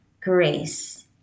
grace